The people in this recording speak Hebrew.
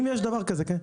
אם יש דבר כזה, כן.